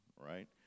right